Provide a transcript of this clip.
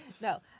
No